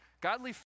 Godly